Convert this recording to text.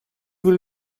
will